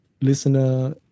listener